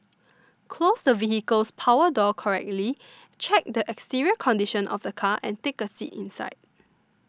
close the vehicle's power door correctly check the exterior condition of the car ans take a seat inside